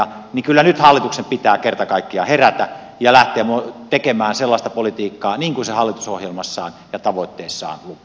kyllä nyt hallituksen pitää kerta kaikkiaan herätä ja lähteä tekemään sellaista politiikkaa niin kuin se hallitusohjelmassaan ja tavoitteissaan lupaa